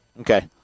Okay